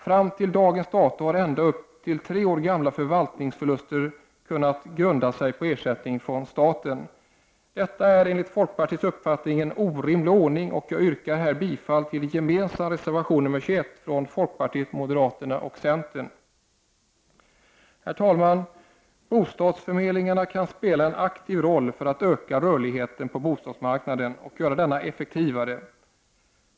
Fram till dags dato har ända upp till tre år gamla förvaltningsförluster kunnat grunda ersättning från staten. Detta är enligt folkpartiets uppfattning en orimlig ordning, och jag yrkar här bifall till en gemensam reservation, nr 21, från folkpartiet, moderaterna och centern. Herr talman! Bostadsförmedlingarna kan spela en aktiv roll för att öka rörligheten på bostadsmarknaden och göra denna effektivare.